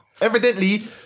Evidently